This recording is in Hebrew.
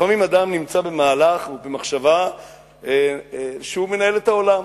לפעמים אדם נמצא במהלך ובמחשבה שהוא מנהל את העולם,